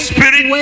Spirit